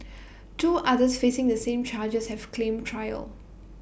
two others facing the same charges have claimed trial